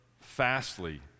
fastly